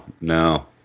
no